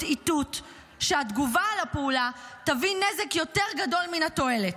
איתות שהתגובה על הפעולה תביא נזק יותר גדול מן התועלת,